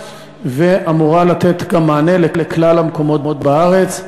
ואמורה לתת גם מענה לכלל המקומות בארץ.